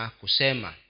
kusema